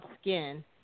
skin